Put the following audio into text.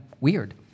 weird